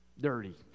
dirty